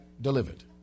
delivered